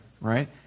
right